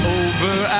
over